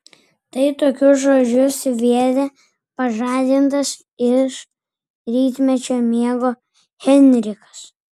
tai tokius žodžius sviedė pažadintas iš rytmečio miego heinrichas